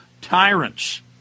tyrants